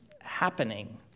happening